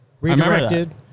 redirected